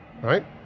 right